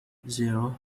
zero